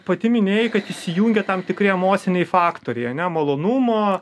pati minėjai kad įsijungia tam tikri emociniai faktoriai ane malonumo